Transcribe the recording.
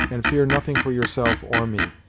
and fear nothing for yourself or me.